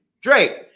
Drake